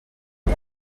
cap